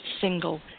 single